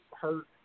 hurt